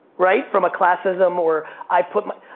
right, from a classism or i've put my.